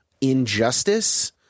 injustice